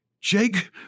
Jake